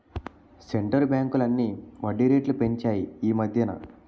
centre బ్యాంకులన్నీ వడ్డీ రేట్లు పెంచాయి ఈమధ్యన